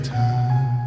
time